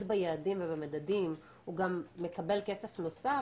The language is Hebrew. ביעדים ובמדדים הוא גם מקבל כסף נוסף,